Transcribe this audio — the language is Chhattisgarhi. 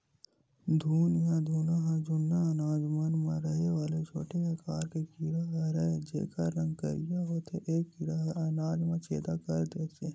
घुन या घुना ह जुन्ना अनाज मन म रहें वाले छोटे आकार के कीरा हरयए जेकर रंग करिया होथे ए कीरा ह अनाज ल छेंदा कर देथे